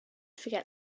forget